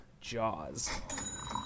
jaws